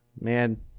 man